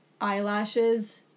eyelashes